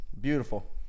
beautiful